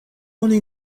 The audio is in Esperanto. oni